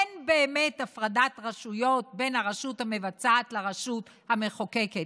אין באמת הפרדת רשויות בין הרשות המבצעת לרשות המחוקקת.